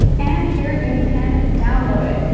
and here you can download it.